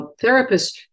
therapists